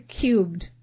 cubed